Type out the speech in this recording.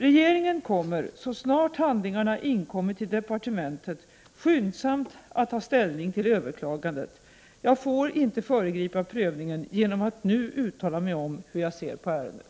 Regeringen kommer, så snart handlingarna inkommit till departementet, skyndsamt att ta ställning till överklagandet. Jag får inte föregripa prövningen genom att nu uttala mig om hur jag ser på ärendet.